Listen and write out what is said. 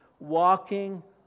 walking